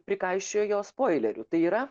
prikaišiojo spoilerių tai yra